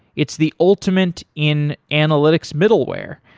it's the ultimate in analytics middleware.